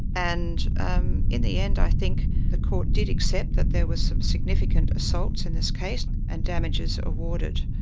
and um in the end i think the court did accept that there was some significant assaults in this case and damages awarded.